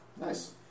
Nice